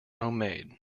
homemade